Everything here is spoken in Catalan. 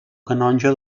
canonge